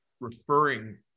referring